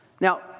Now